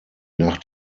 nach